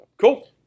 Cool